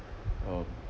um